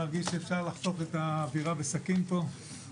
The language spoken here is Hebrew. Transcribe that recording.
אני מרגיש שאפשר לחתוך בסכין את האווירה פה ולכן